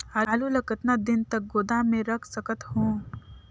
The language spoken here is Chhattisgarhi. आलू ल कतका दिन तक गोदाम मे रख सकथ हों?